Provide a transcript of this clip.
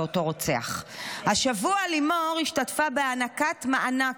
לאותו רוצח, השבוע לימור השתתפה בהענקת מענק,